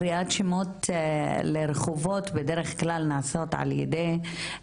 קריאת שמות לרחובות בדרך-כלל נעשות על-ידי,